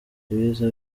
ibiza